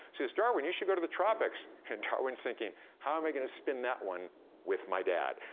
says, darwin, you should go to the tropics, and darwin's thinking, how am i gonna spin that one with my dad?